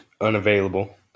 unavailable